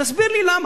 תסביר לי למה.